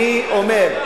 אני אומר,